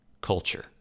culture